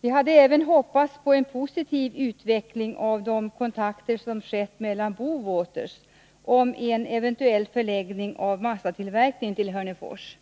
Vi hade även hoppats på en positiv utveckling av de kontakter som skett med Bowater om en eventuell förläggning av massatillverkning till Hörnefors.